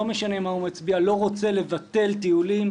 אפילו שתבטלו את זה,